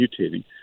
mutating